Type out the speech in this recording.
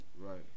Right